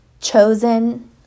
chosen